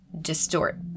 distort